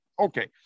Okay